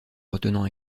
retenant